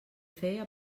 feia